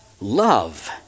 love